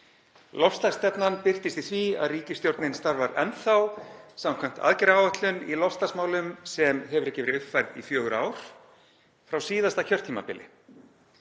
Loftslagsstefnan birtist í því að ríkisstjórnin starfar enn þá samkvæmt aðgerðaáætlun í loftslagsmálum sem hefur ekki verið uppfærð í fjögur ár frá síðasta kjörtímabili